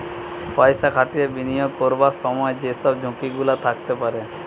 পয়সা খাটিয়ে বিনিয়োগ করবার সময় যে সব ঝুঁকি গুলা থাকতে পারে